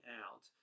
out